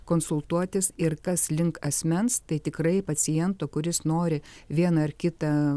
konsultuotis ir kas link asmens tai tikrai paciento kuris nori vieną ar kitą